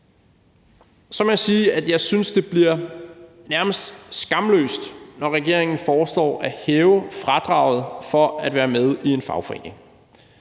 jeg synes, det bliver nærmest skamløst, når regeringen foreslår at hæve fradraget for at være med i en fagforening.